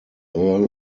earl